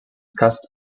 cast